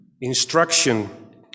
instruction